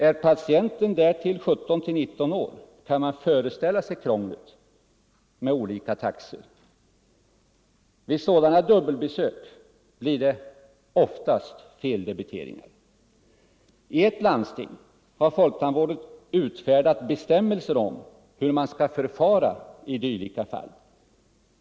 Är patienten därtill 17-19 år kan man föreställa sig krånglet med olika taxor. Vid sådana dubbelbesök blir det oftast feldebiteringar. I ett landsting har folktandvården utfärdat bestämmelser om hur man skall förfara i dylika fall.